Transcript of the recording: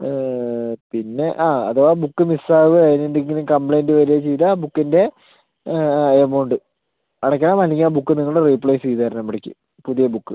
പിന്നെ ആ അഥവാ ബുക്ക് മിസ്സ് ആകുവോ അതിന് എന്തെങ്കിലും കംപ്ലയിൻറ്റ് വരികയോ ചെയ്താൽ ബുക്കിൻ്റെ എമൗണ്ട് അടയ്ക്കണം അല്ലെങ്കിൽ ആ ബുക്ക് റീപ്ലേസ് ചെയ്ത് തരാൻ വിളിക്കും പുതിയ ബുക്ക്